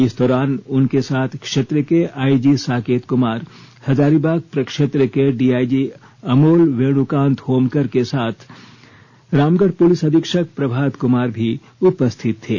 इस दौरान उनके साथ क्षेत्र के आईजी साकेत कुमार हजारीबाग प्रक्षेत्र के डीआईजी अमोल वेणुकांत होमकर के साथ रामगढ पुलिस अधीक्षक प्रभात कुमार भी उपस्थित थे